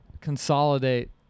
consolidate